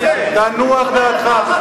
תנוח דעתך.